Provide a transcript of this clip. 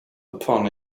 upon